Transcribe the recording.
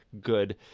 good